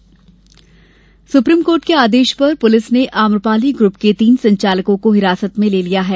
गिरफ्तारी supreme court के आदेश पर पुलिस ने आम्रपाली ग्रुप के तीन संचालकों को हिरासत में ले लिया है